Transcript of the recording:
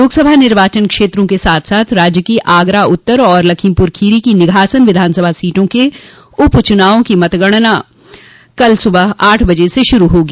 लोकसभा निर्वाचन क्षेत्रों के साथ साथ राज्य की आगरा उत्तर और लखीमपुर खीरी की निघासन विधानसभा सीटों के उप चुनावों की मतगणना कल सुबह आठ से शुरू होगी